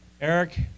eric